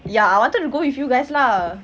ya I wanted to go with you guys lah